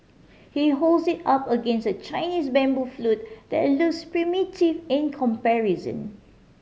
he holds it up against a Chinese bamboo flute that looks primitive in comparison